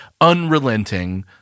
unrelenting